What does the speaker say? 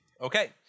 Okay